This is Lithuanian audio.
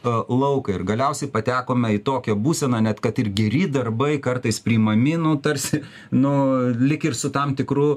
tą lauką ir galiausiai patekome į tokią būseną net kad ir geri darbai kartais priimami nu tarsi nu lyg ir su tam tikru